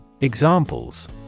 Examples